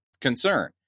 concern